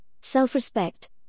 self-respect